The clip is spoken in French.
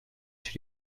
chez